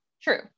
True